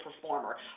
performer